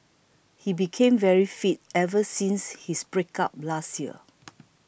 he became very fit ever since his breakup last year